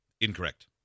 Incorrect